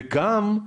וגם,